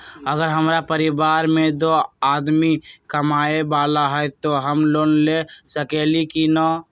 अगर हमरा परिवार में दो आदमी कमाये वाला है त हम लोन ले सकेली की न?